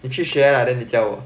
你去学 lah then 你教我